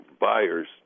buyers